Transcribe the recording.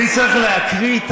שאני צריך להקריא,